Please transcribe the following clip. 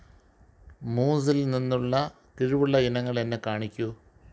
മൂസിൽ നിന്നുള്ള കിഴിവുള്ള ഇനങ്ങളെന്നെ കാണിക്കൂ